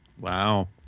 Wow